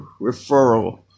referral